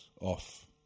off